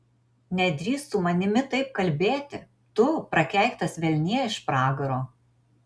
nedrįsk su manimi taip kalbėti tu prakeiktas velnie iš pragaro